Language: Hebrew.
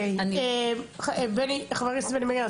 חבר הכנסת בני בגין.